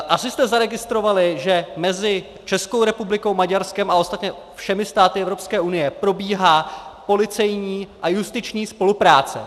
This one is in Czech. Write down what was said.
Asi jste zaregistrovali, že mezi Českou republikou, Maďarskem a ostatně všemi státy Evropské unie probíhá policejní a justiční spolupráce.